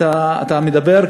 אתה מדבר,